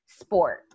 Sport